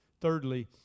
Thirdly